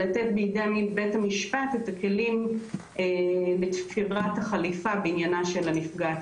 לתת בידי בית המשפט את הכלים לתפירת החליפה בעניינה של הנפגעת